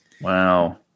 Wow